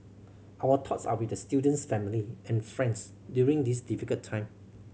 our thoughts are with the student's family and friends during this difficult time